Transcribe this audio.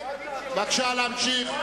בבקשה להמשיך.